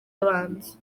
abanza